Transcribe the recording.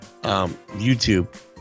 YouTube